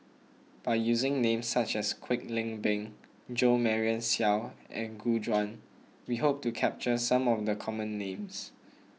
by using names such as Kwek Leng Beng Jo Marion Seow and Gu Juan we hope to capture some of the common names